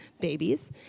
babies